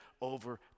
over